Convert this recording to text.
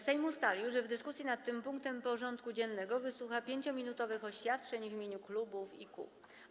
Sejm ustalił, że w dyskusji nad tym punktem porządku dziennego wysłucha 5-minutowych oświadczeń w imieniu klubów i kół.